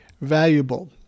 valuable